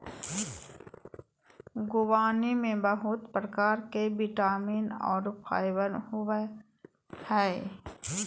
ख़ुबानी में बहुत प्रकार के विटामिन और फाइबर होबय हइ